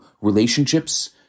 relationships